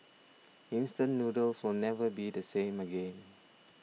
instant noodles will never be the same again